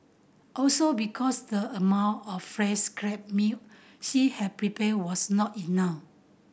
also because the amount of fresh crab meat she had prepared was not enough